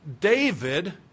David